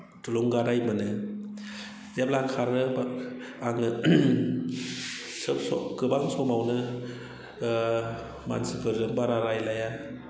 थुलुंगानाय मोनो जेब्ला खारो होमब्ला आङो गोबां समावनो मानसिफोरजों बारा रायज्लाया